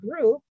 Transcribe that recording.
group